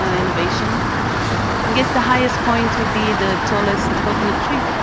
elevation. i guess the highest point would be the tallest coconut tree.